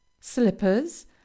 slippers